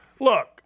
Look